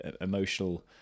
emotional